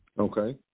Okay